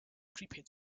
prepaid